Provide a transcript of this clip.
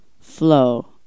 Flow